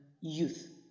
youth